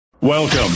Welcome